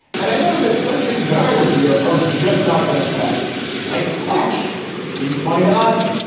and i know that some things that i revere are just not going to play like fleche seemed funny to us.